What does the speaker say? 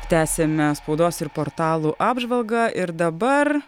tęsiame spaudos ir portalų apžvalgą ir dabar